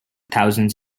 thousands